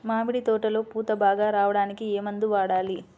మామిడి తోటలో పూత బాగా రావడానికి ఏ మందు వాడాలి?